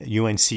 UNC